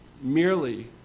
merely